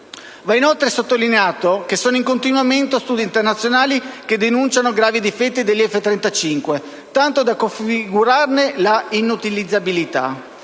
Va inoltre sottolineato che sono in corso studi internazionali che denunciano gravi difetti degli F-35, tanto da configurarne l'inutilizzabilità.